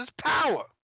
power